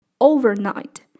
Overnight